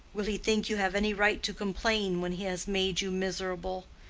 will he think you have any right to complain when he has made you miserable?